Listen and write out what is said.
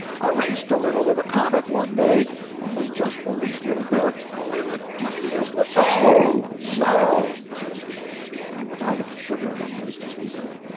i raced a little with a comet one day only just the least little bit only the tiniest lit so so, says he and without any sugar in his voice to speak of.